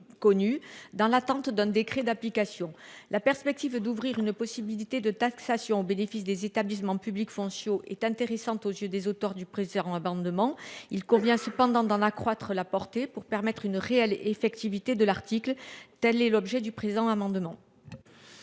connu dans l'attente d'un décret d'application. La perspective d'ouvrir une possibilité de taxation au bénéfice des établissements publics Fangio est intéressante aux yeux des auteurs du préférant amendement il convient cependant d'en accroître la portée pour permettre une réelle effectivité de l'article. Telle est l'objet du présent amendement.